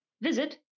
visit